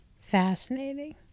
Fascinating